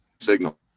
signal